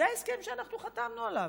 זה ההסכם שאנחנו חתמנו עליו.